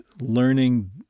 learning